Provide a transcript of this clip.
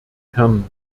herrn